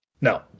No